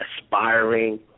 aspiring